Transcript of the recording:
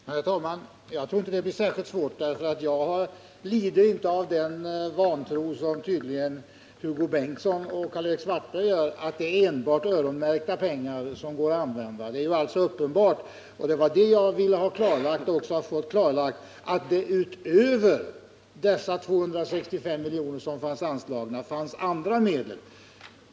Herr talman! Jag tror inte att det blir särskilt svårt. Jag lider inte av den tro på ramar som tydligen Hugo Bengtsson och Karl-Erik Svartberg lider av, nämligen att det är enbart öronmärkta pengar som går att använda. Det är alldeles uppenbart att det utöver de anslagna 265 miljonerna även finns andra medel. Det var detta som jag ville ha klarlagt, och det har jag ju också fått.